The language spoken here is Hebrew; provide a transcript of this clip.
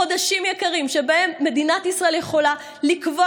חודשים יקרים שבהם מדינת ישראל יכולה לקבוע